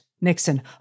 Nixon